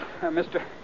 Mr